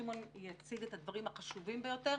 שמעון יציג את הדברים החשובים ביותר,